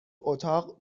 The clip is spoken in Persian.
اتاق